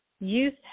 youth